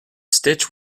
stitch